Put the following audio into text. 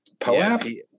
Poap